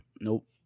Nope